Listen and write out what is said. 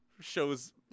shows